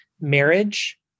marriage